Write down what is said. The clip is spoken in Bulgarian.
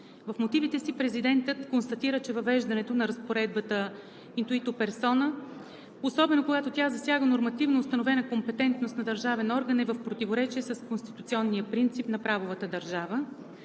В мотивите си президентът констатира, че въвеждането на разпоредбата intuito personae, особено когато тя засяга нормативно установена компетентност на държавен орган, е в противоречие с конституционния принцип на правовата държава,